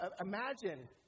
imagine